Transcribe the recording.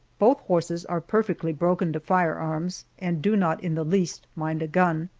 both horses are perfectly broken to firearms, and do not in the least mind a gun.